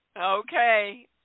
Okay